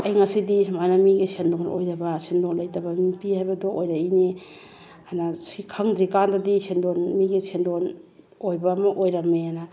ꯑꯩ ꯉꯁꯤꯗꯤ ꯁꯨꯃꯥꯏꯅ ꯃꯤꯒꯤ ꯁꯦꯟꯗꯣꯟ ꯑꯣꯏꯗꯕ ꯁꯦꯟꯗꯣꯟ ꯂꯩꯇꯕ ꯅꯨꯄꯤ ꯍꯥꯏꯕꯗꯣ ꯑꯣꯏꯔꯛꯏꯅꯦ ꯐꯥꯏꯅꯥꯟꯁ ꯁꯤ ꯈꯪꯗ꯭ꯔꯤꯀꯥꯟꯗꯗꯤ ꯁꯦꯟꯗꯣꯟ ꯃꯤꯒꯤ ꯁꯦꯟꯗꯣꯟ ꯑꯣꯏꯕ ꯑꯃ ꯑꯣꯏꯔꯝꯃꯦꯅ